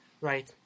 Right